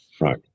Right